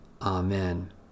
Amen